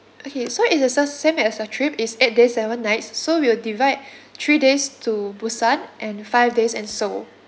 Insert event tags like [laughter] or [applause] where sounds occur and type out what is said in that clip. okay so it's the sam~ same as your trip is eight days seven nights so we'll divide [breath] three days to busan and five days and seoul